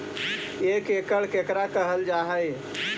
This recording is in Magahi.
एक एकड़ केकरा कहल जा हइ?